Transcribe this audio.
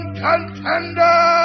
contender